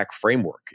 framework